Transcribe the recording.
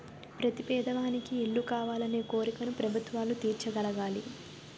ప్రతి పేదవానికి ఇల్లు కావాలనే కోరికను ప్రభుత్వాలు తీర్చగలగాలి